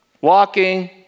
walking